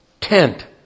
tent